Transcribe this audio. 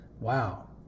wow